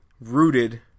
rooted